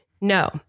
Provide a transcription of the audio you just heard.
No